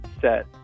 set